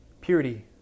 purity